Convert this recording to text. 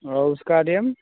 और उसका रेम